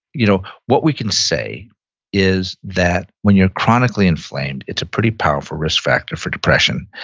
you know what we can say is that when you're chronically inflamed, it's a pretty powerful risk factor for depression.